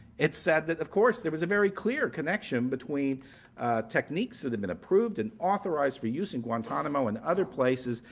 it said that, of course, there was a very clear connection between techniques that been approved and authorized for use in guantanamo and other places,